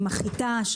עם החיטה,